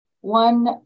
One